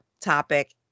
topic